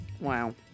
Wow